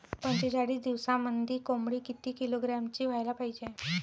पंचेचाळीस दिवसामंदी कोंबडी किती किलोग्रॅमची व्हायले पाहीजे?